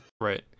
right